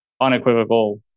unequivocal